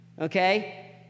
okay